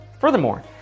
Furthermore